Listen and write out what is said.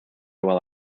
while